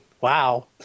wow